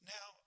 Now